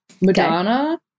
Madonna